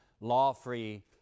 law-free